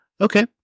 Okay